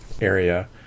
area